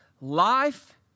Life